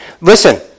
Listen